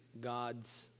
God's